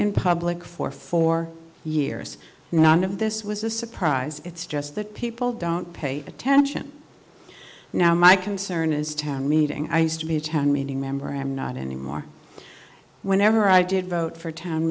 in public for four years none of this was a surprise it's just that people don't pay attention now my concern is town meeting i used to be a town meeting member am not anymore whenever i did vote for town